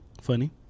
Funny